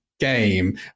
game